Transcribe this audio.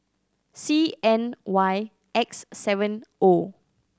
C N Y X seven O